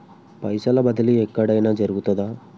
పైసల బదిలీ ఎక్కడయిన జరుగుతదా?